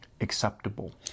acceptable